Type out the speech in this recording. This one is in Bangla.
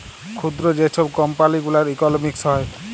ক্ষুদ্র যে ছব কম্পালি গুলার ইকলমিক্স হ্যয়